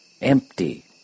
Empty